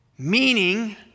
Meaning